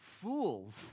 Fools